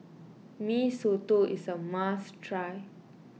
Mee Soto is a must try